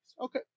Okay